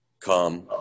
come